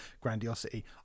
grandiosity